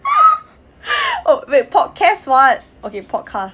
oh wait podcast [what] okay podcast